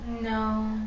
No